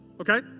okay